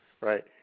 Right